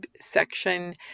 section